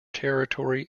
territory